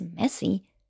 messy